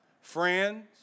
Friends